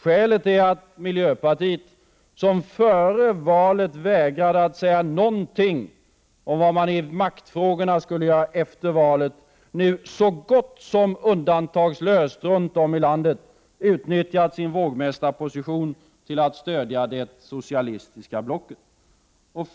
Skälet är att miljöpartiet, som före valet vägrade att säga någonting om vad man i maktfrågorna skulle göra efter valet, nu så gott som undantagslöst runt om i landet utnyttjat sin vågmästarposition till att stödja det socialistiska blocket.